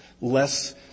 less